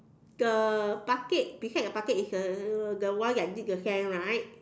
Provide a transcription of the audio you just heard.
the bucket beside the bucket is the the one that dig the sand right